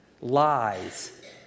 lies